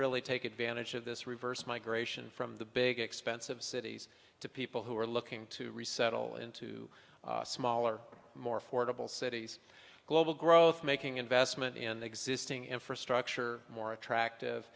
really take advantage of this reverse migration from the big expensive cities to people who are looking to resettle into smaller more affordable cities global growth making investment in existing infrastructure more attractive